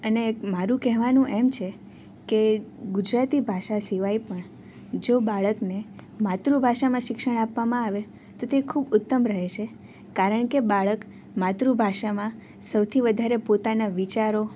અને મારું કહેવાનું એમ છે કે ગુજરાતી ભાષા સિવાય પણ જો બાળકને માતૃભાષામાં શિક્ષણ આપવામાં આવે તે ખૂબ ઉત્તમ રહે છે કારણ કે બાળક માતૃભાષામાં સૌથી વધારે પોતાના વિચારો